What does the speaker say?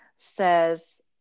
says